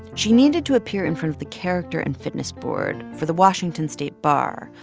she needed to appear in front of the character and fitness board for the washington state bar,